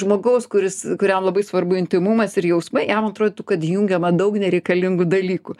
žmogaus kuris kuriam labai svarbu intymumas ir jausmai jam atrodytų kad įjungiama daug nereikalingų dalykų